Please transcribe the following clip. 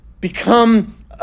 become